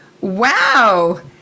Wow